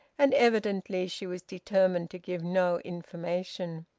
and evidently she was determined to give no information.